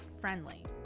friendly